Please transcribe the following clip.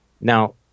now